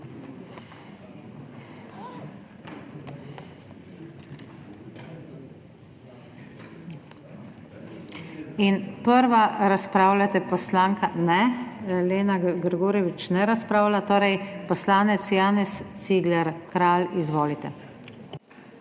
Prva razpravljate poslanka – ne, Lena Grgurevič ne razpravlja. Poslanec Janez Cigler Kralj, izvolite.